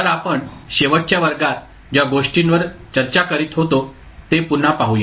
तर आपण शेवटच्या वर्गात ज्या गोष्टींवर चर्चा करीत होतो ते पुन्हा पाहूया